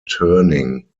turning